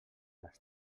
les